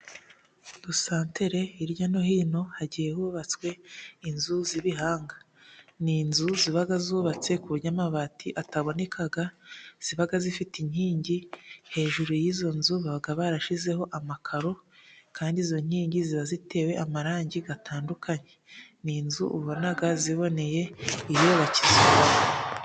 Udusantere hirya no hino hagiye hubatswe inzu z'ibihanga. Ni inzu ziba zubatse ku buryo amabati ataboneka, ziba zifite inkingi, hejuru y'izo nzu baba barashizeho amakaro, kandi izo nkingi ziba zitewe amarangi atandukanye. Ni inzu ubonabziboneye iyo bakizubaka.